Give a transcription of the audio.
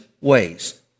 ways